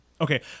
Okay